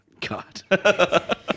God